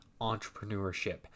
entrepreneurship